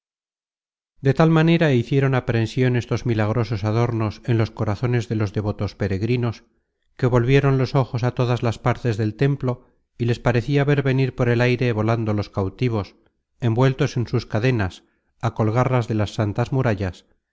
de tal manera hicieron aprension estos milagrosos adornos en los corazones de los devotos peregrinos que volvieron los ojos a todas las partes del templo y les parecia ver venir por el aire volando los cautivos envueltos en sus cadenas á colgarlas de las santas murallas